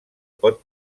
pot